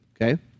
okay